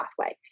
pathway